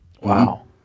Wow